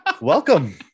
Welcome